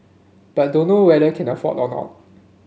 but dunno whether can afford or not